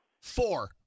four